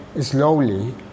slowly